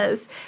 Yes